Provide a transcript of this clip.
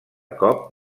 cop